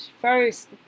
First